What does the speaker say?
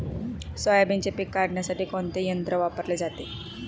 सोयाबीनचे पीक काढण्यासाठी कोणते यंत्र वापरले जाते?